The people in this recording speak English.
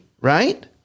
right